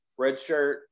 redshirt